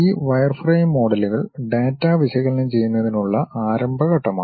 ഈ വയർഫ്രെയിം മോഡലുകൾ ഡാറ്റ വിശകലനം ചെയ്യുന്നതിനുള്ള ആരംഭ ഘട്ടമാണ്